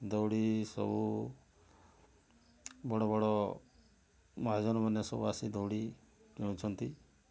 ଦଉଡ଼ି ସବୁ ବଡ଼ବଡ଼ ମହାଜନମାନେ ସବୁ ଆସି ଦଉଡ଼ି ନେଉଛନ୍ତି